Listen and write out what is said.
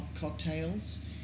cocktails